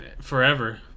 Forever